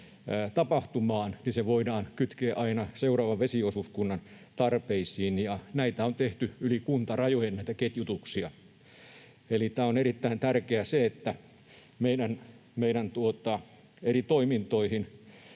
tapahtumaan, niin se voidaan kytkeä aina seuraavan vesiosuuskunnan tarpeisiin. Näitä ketjutuksia on tehty yli kuntarajojen. On erittäin tärkeää, että meidän eri toimintoihin,